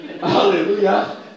Hallelujah